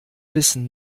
wissen